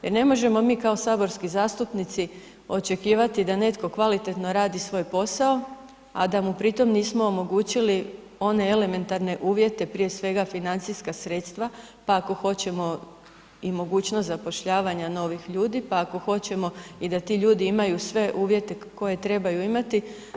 Jer ne možemo mi kao saborski zastupnici očekivati da netko kvalitetno radi svoj posao a da mu pri tom nismo omogućili one elementarne uvjete prije svega financijska sredstva, pa ako hoćemo i mogućnost zapošljavanja novih ljudi, pa ako hoćemo i da ti ljudi imaju sve uvjete koje trebaju imati.